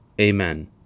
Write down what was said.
Amen